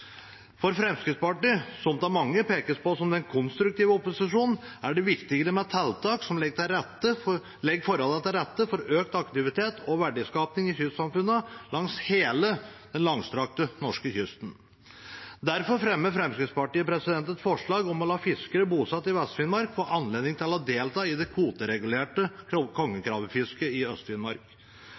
For Fremskrittspartiet, som av mange pekes på som den konstruktive opposisjonen, er det viktigere med tiltak som legger forholdene til rette for økt aktivitet og verdiskaping i kystsamfunnene langs hele den langstrakte norske kysten. Derfor fremmer Fremskrittspartiet et forslag om å la fiskere bosatt i Vest-Finnmark få anledning til å delta i det kvoteregulerte kongekrabbefisket i Øst-Finnmark. Når en ser på den utviklingen som har vært av antall merkeregistrerte fiskefartøy i